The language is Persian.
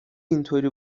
اینطوری